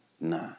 nah